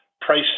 price